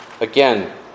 Again